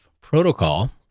protocol